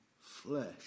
flesh